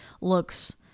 looks